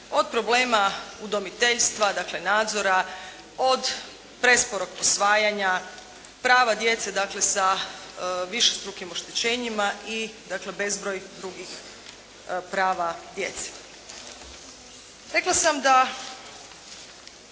od problema udomiteljstva, dakle nadzora, od presporog posvajanja, prava djece sa višestrukim oštećenjima i bezbroj drugih prava djece. Rekla sam da